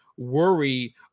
worry